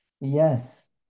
Yes